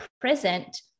present